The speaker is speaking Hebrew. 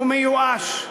הוא מיואש.